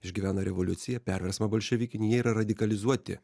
išgyvena revoliuciją perversmą bolševikinį jie yra radikalizuoti